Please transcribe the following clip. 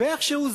ואיכשהו,